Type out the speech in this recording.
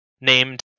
named